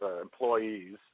Employees